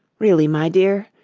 really, my dear,